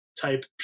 type